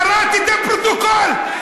קראתי את הפרוטוקול.